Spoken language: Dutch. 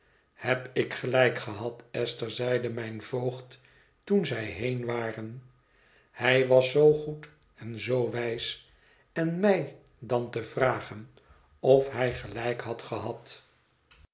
heb ik gelijk gehad esther zeide mijn voogd toen zij heen waren hij was zoo goed en zoo wijs en mij dan te vragen of hij gelijk had gehad